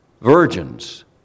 virgins